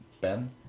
Ben